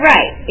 Right